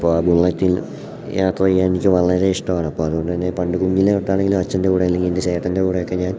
അപ്പോൾ ആ ബുള്ളറ്റിൽ യാത്ര ചെയ്യാൻ എനിക്ക് വളരെ ഇഷ്ടമാണ് അപ്പോൾ അതുകൊണ്ടുതന്നെ പണ്ട് കുഞ്ഞിലെ തൊട്ടാണെങ്കിലും അച്ഛൻ്റെ കൂടെ അല്ലെങ്കിൽ എൻ്റെ ചേട്ടൻ്റെ കൂടെയൊക്കെ ഞാൻ